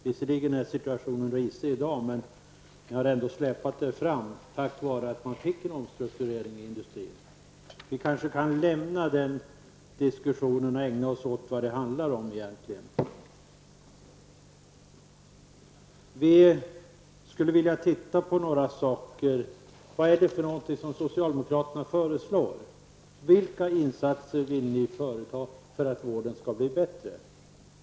Visserligen är situationen risig i dag, men ni har ändå släpat er fram tack vare att man fick en omstrukturering inom industrin. Vi kanske kan lämna den diskussionen och ägna oss åt vad det egentligen handlar om. Vad är det socialdemokraterna föreslår? Vilka insatser vill ni företa för att vården skall bli bättre?